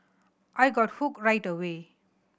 I got hooked right away